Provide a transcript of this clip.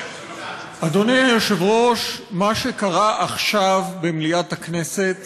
אדוני היושב-ראש, מה שקרה עכשיו במליאת הכנסת